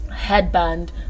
headband